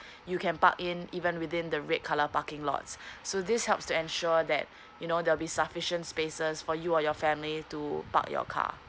you can park in even within the red colour parking lots so this helps to ensure that you know there'll be sufficient spaces for you or your family to park your car